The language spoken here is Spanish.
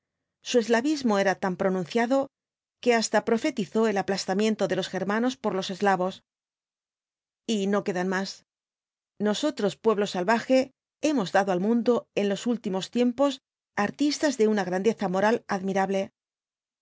su eslavismo era tan pronunciado que hasta profetizó el aplastamiento de los germanos por los eslavos y no quedan más nosotros pueblo salvaje hemos dado al mundo en los últimos tiempos artistas de una grandeza moral admirable